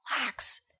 relax